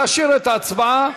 להשאיר את ההצבעה,